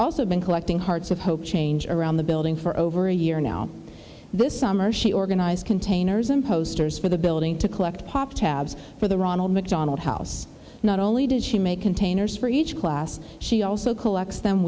also been collecting hearts of hope change around the building for over a year now this summer she organized containers and posters for the building to collect pop tabs for the ronald mcdonald house not only does she make containers for each class she also collects them